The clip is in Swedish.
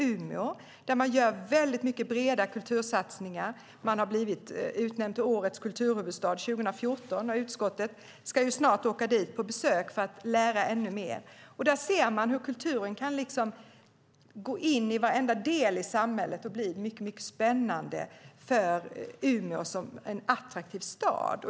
Där gör man väldigt mycket breda kultursatsningar. Umeå har blivit utnämnd till årets kulturhuvudstad 2014. Utskottet ska snart åka dit på besök för att lära ännu mer. Där ser man hur kulturen liksom kan gå in i varenda del i samhället och bli mycket spännande för Umeå, som en attraktiv stad.